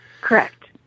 Correct